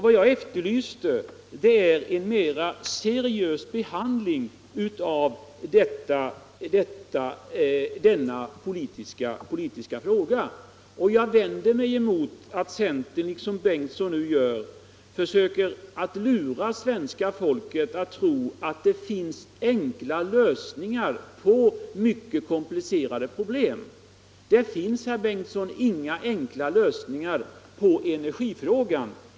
Vad jag efterlyser är en mera seriös behandling från centern av denna politiska fråga. Jag vänder mig emot att centern, liksom nu herr Bengtson, försöker lura svenska folket att tro att det finns enkla lösningar på komplicerade problem. Det finns, herr Bengtson, inga enkla lösningar på energifrågan.